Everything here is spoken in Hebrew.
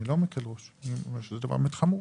אני לא מקל ראש, אני אומר שזה דבר באמת חמור.